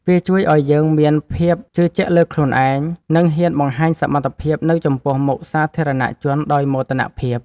វាជួយឱ្យយើងមានភាពជឿជាក់លើខ្លួនឯង និងហ៊ានបង្ហាញសមត្ថភាពនៅចំពោះមុខសាធារណជនដោយមោទនភាព។